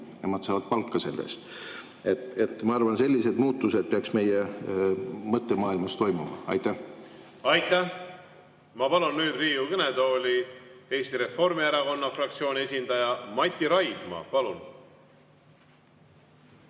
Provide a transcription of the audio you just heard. nemad saavad palka selle eest. Ma arvan, et sellised muutused peaks meie mõttemaailmas toimuma. Aitäh! Aitäh! Ma palun nüüd Riigikogu kõnetooli Eesti Reformierakonna fraktsiooni esindaja Mati Raidma. Aitäh!